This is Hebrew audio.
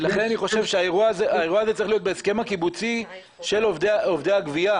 לכן אני חושב שהאירוע הזה צריך להיות בהסכם הקיבוצי של עובדי הגבייה.